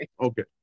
Okay